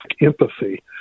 empathy